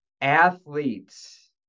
athletes